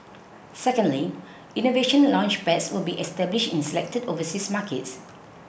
secondly Innovation Launchpads will be established in selected overseas markets